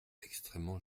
extrêmement